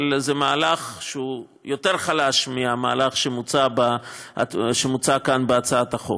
אבל זה מהלך שהוא יותר חלש מהמהלך שמוצע כאן בהצעת החוק.